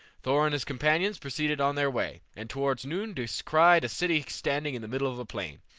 thor and his companions proceeded on their way, and towards noon descried a city standing in the middle of a plain.